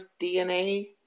DNA